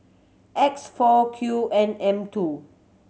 X four Q N M two